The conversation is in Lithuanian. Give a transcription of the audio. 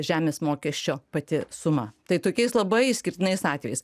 žemės mokesčio pati suma tai tokiais labai išskirtinais atvejais